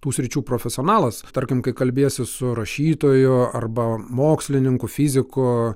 tų sričių profesionalas tarkim kai kalbiesi su rašytoju arba mokslininku fiziku